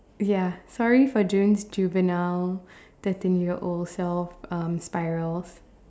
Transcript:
ya sorry for doing juvenile thirteen year old self um spirals